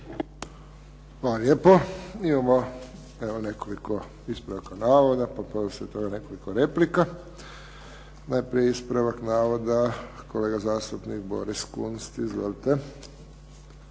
Hvala lijepo. Imamo evo nekoliko ispravaka navoda, pa onda …/Govornik se ne razumije./… nekoliko replika. Najprije ispravak navoda, kolega zastupnik Boris Kunst. Izvolite.